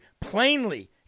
plainly